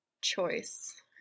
choice